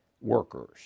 workers